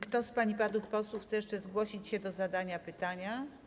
Kto z pań i panów posłów chce jeszcze zgłosić się do zadania pytania?